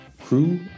Crew